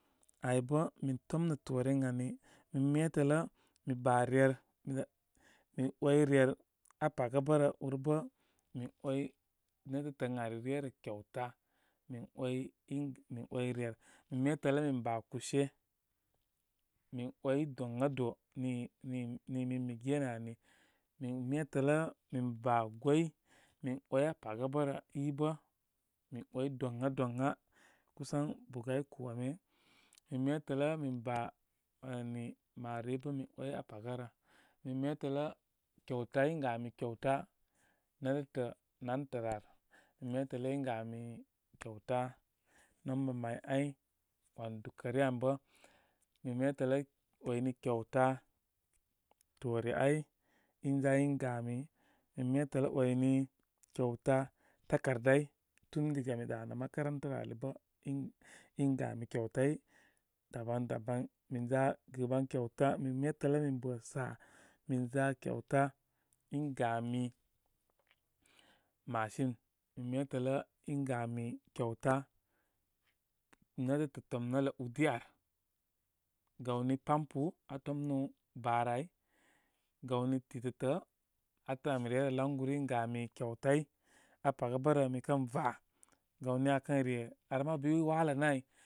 Ay bə min tomnə toore ən ani. Min metələ mi ba ryer rə, mi ‘way ryer aa paga ɓa rə. Urbə mi ‘way nétə tə ən ari ryə rə kyauta. Min ‘way in min ‘way ayer. Min metələ min ba kushe. Min ‘way doŋado. Nii nii nii min mi genə ani. Min metələ min ba gwoy, min ‘way aa paga bə rə i bə mi ‘way doŋa kusan bugay kome. Min metələ min ba wani maroroi bə min ‘way aa paga rə. Min metələ, kyauta in gami kyauta nétələ nantə rə ar. Min metə lə in gami kyauta nomba may ay wan dukə ryə an bə. Min metələ ‘wayni kyauta toore áy. In za in gami. Min metələ ‘way ni kyauta takar day, tun diga ani danə makaranta, aki kə in in gami kyauta daban daban. Minza gɨban kyata min melə lə min bə sa á minza kituba in gami marhime. Min metələ in gami kyauta nétətə tomnələ udi ar. Gawrin pampo atomnu loanrə áy, gawni tətətə. Atəm ami ngə rə laŋguru in gami kyautai aa paga bərə. Mi kən va, gawni aa kən re ar mabu i walənə áy.